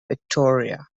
victoria